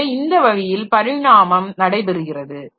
எனவே இந்த வழியில் பரிணாமம் நடைபெறுகிறது